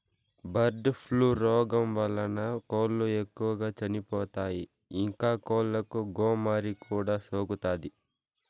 bird flu రోగం వలన కోళ్ళు ఎక్కువగా చచ్చిపోతాయి, ఇంకా కోళ్ళకు గోమారి కూడా సోకుతాది